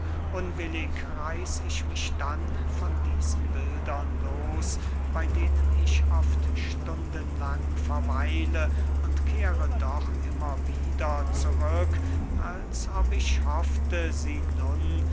unwillig reiß ich mich dann von diesen bildern los bey denen ich oft stundenlang verweile und kehre doch immer wieder zurück als ob ich hoffte sie nun